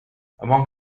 among